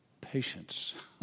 Patience